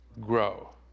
grow